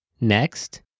Next